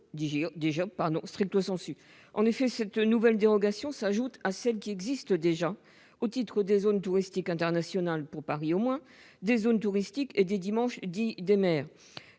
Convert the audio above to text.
Cette nouvelle dérogation s'ajoute à celles qui existent déjà au titre des zones touristiques internationales, pour Paris au moins, des zones touristiques et des dimanches dits des maires.